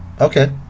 Okay